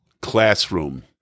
classroom